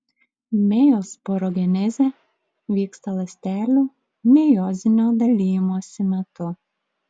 mejosporogenezė vyksta ląstelių mejozinio dalijimosi metu